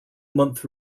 month